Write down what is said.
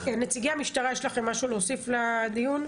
נציגי המשטרה, יש לכם משהו להוסיף לדיון?